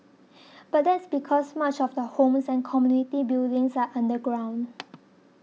but that's because much of the homes and community buildings are underground